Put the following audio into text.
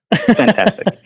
Fantastic